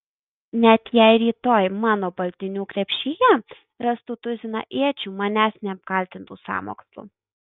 net jei rytoj mano baltinių krepšyje rastų tuziną iečių manęs neapkaltintų sąmokslu